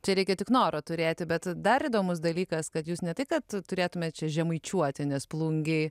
čia reikia tik noro turėti bet dar įdomus dalykas kad jūs ne tik kad turėtumėt čia žemaičiuoti nes plungėj